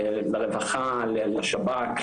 לרווחה לשב"כ,